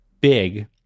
big